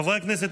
חברי הכנסת,